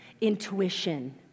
intuition